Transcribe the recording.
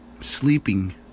sleeping